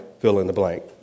fill-in-the-blank